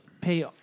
pay